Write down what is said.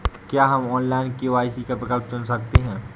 क्या हम online KYC का विकल्प चुन सकते हैं?